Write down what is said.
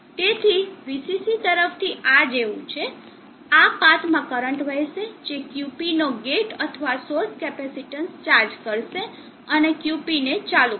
તેથી VCC તરફથી આ જેવું છે આ પાથમાં કરંટ વહેશે જે QP નો ગેટ અથવા સોર્સ કેપેસિટેન્સ ચાર્જ કરશે અને QP ને ચાલુ કરશે